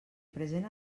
present